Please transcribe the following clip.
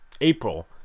April